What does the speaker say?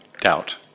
doubt